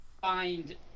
find